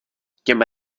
těm